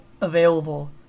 available